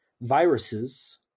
viruses